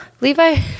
Levi